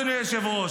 אדוני היושב-ראש?